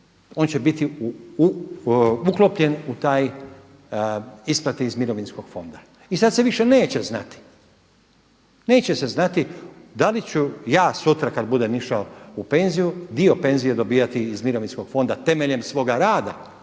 on će biti uklopljen u taj, isplate iz Mirovinskog fonda. I sad se više neće znati, neće se znati da li ću ja sutra kad budem išao u penziju dio penzije dobivati iz Mirovinskog fonda temeljem svoga rada